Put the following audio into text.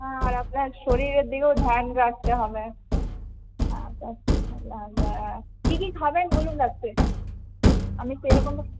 হ্যাঁ আর আপনার শরীরের দিকেও ধ্যান রাখতে হবে কি কি খাবেন বলুন রাত্রে আমি সেরকমই